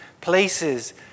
places